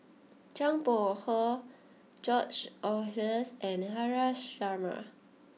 Zhang Bohe George Oehlers and Haresh Sharma